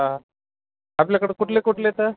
हां आपल्याकडं कुठले कुठले आहेत